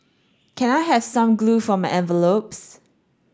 can I have some glue for my envelopes